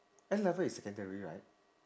N-level is secondary right